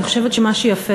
אני חושבת שמה שיפה,